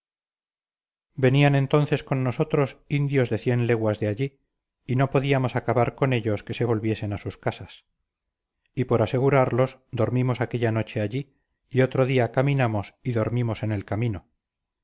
venían entonces con nosotros indios de cien leguas de allí y no podíamos acabar con ellos que se volviesen a sus casas y por asegurarlos dormimos aquella noche allí y otro día caminamos y dormimos en el camino